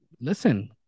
listen